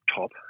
top